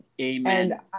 amen